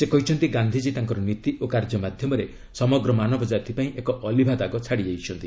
ସେ କହିଛନ୍ତି ଗାନ୍ଧିକୀ ତାଙ୍କର ନୀତି ଓ କାର୍ଯ୍ୟ ମାଧ୍ୟମରେ ସମଗ୍ର ମାନବ ଜାତିପାଇଁ ଏକ ଅଲିଭା ଦାଗ ଛାଡ଼ି ଯାଇଛନ୍ତି